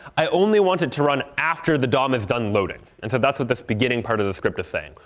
i only want it to run after the dom is done loading. and so that's what this beginning part of the script is saying.